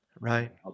Right